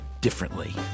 differently